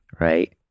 Right